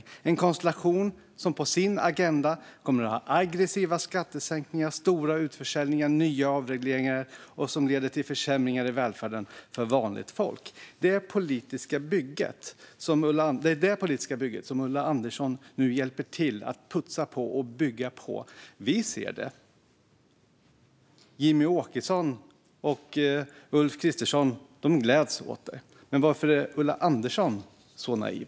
Det är en konstellation som på sin agenda kommer att ha aggressiva skattesänkningar, stora utförsäljningar och nya avregleringar som leder till försämringar i välfärden för vanligt folk. Det är detta politiska bygge som Ulla Andersson nu hjälper till att putsa och bygga på. Vi ser detta. Jimmie Åkesson och Ulf Kristersson gläds åt det. Men varför är Ulla Andersson så naiv?